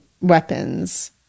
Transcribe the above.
weapons